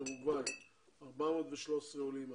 מאורוגואי 413 עולים,